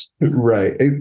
Right